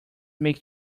make